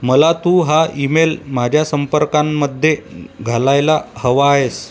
मला तू हा ईमेल माझ्या संपर्कांमध्ये घालायला हवा आहेस